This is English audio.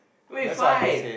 why you find